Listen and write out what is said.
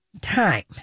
time